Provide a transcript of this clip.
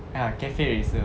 ah cafe racer